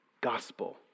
gospel